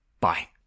Bye